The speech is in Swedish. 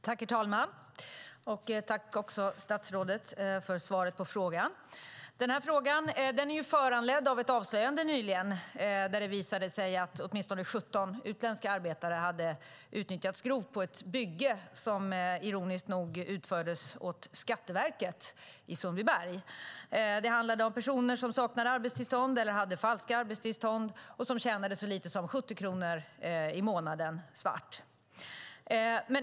Herr talman! Jag tackar statsrådet för svaret. Interpellationen är föranledd av att det nyligen avslöjades att åtminstone 17 utländska arbetare hade utnyttjats grovt på ett bygge som, ironiskt nog, utfördes åt Skatteverket i Sundbyberg. Det handlade om personer som saknade arbetstillstånd eller hade falska arbetstillstånd och som tjänade så lite som 70 kronor i timmen svart.